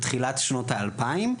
בתחילת שנות האלפיים,